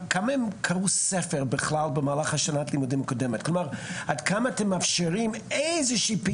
בכל החלק של שילוב צבא ואקדמיה אנחנו נמצאים עכשיו